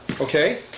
okay